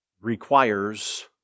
requires